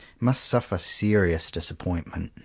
must suffer serious dis appointment.